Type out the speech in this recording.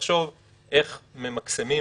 לחשוב איך ממקסמים,